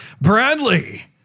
Bradley